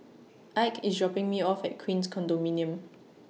Ike IS dropping Me off At Queens Condominium